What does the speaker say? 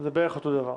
זה בערך אותו דבר.